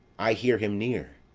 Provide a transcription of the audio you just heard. i hear him near.